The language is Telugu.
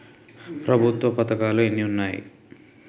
ప్రభుత్వ పథకాలు ఎన్ని ఉన్నాయి?